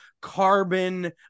carbon